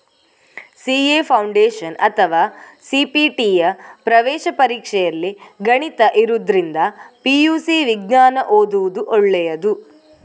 CA foundation ಅಥವಾ ಸಿ.ಪಿ.ಟಿಯ ಪ್ರವೇಶ ಪರೀಕ್ಷೆಯಲ್ಲಿ ಗಣಿತ ಇರುದ್ರಿಂದ ಪಿ.ಯು.ಸಿ ವಿಜ್ಞಾನ ಓದುದು ಒಳ್ಳೇದು